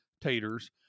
taters